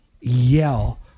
yell